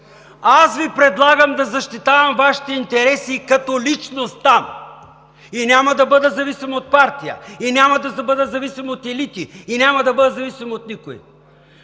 „Аз Ви предлагам да защитавам Вашите интереси като личност и няма да бъда зависим от партия, и няма да бъда зависим от елити, и няма да бъда зависим от никой!“.